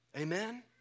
Amen